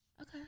Okay